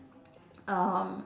um